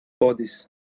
bodies